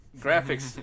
graphics